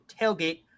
TAILGATE